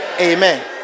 Amen